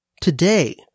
Today